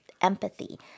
empathy